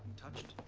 touched